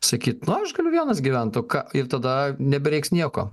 sakyt na aš galiu vienas gyvent o ką ir tada nebereiks nieko